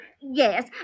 Yes